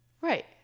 Right